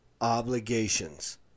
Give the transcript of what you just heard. obligations